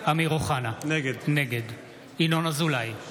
אמיר אוחנה, נגד ינון אזולאי,